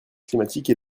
climatique